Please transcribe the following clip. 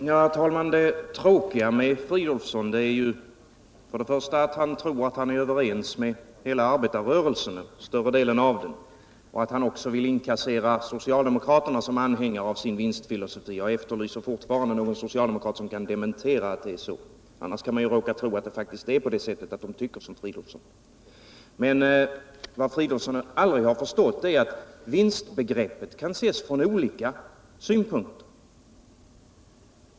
Herr talman! Det tråkiga med Filip Fridolfsson är att han tror att han är överens med hela eller större delen av arbetarrörelsen och att han också vill inkassera socialdemokraterna som anhängare av sin vinstfilosofi. Jag efterlyser fortfarande någon socialdemokrat som kan dementera att det är så. Annars kan man ju tro att socialdemokraterna faktiskt har samma uppfattning som Filip Fridolfsson. Vad Filip Fridolfsson aldrig har förstått är att vinstbegreppet kan ses från olika synpunkter.